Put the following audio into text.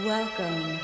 Welcome